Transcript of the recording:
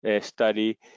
study